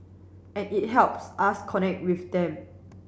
and it helps us connect with them